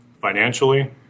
financially